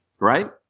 Right